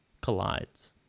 collides